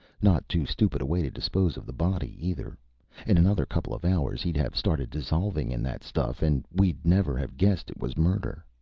not too stupid a way to dispose of the body, either in another couple of hours, he'd have started dissolving in that stuff, and we'd never have guessed it was murder.